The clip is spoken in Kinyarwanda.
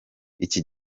iki